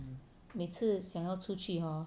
每次想要出去 hor